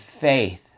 faith